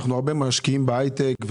אנחנו משקיעים הרבה בהייטק,